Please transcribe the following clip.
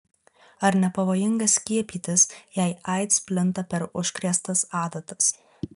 ar nepavojinga skiepytis jei aids plinta per užkrėstas adatas